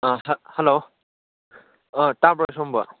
ꯑꯥ ꯍꯜꯂꯣ ꯇꯥꯕ꯭ꯔꯣ ꯁꯣꯝꯕꯣ